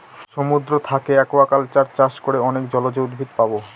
সমুদ্র থাকে একুয়াকালচার চাষ করে অনেক জলজ উদ্ভিদ পাবো